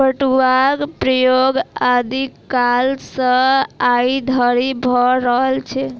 पटुआक प्रयोग आदि कालसँ आइ धरि भ रहल छै